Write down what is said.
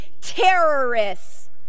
terrorists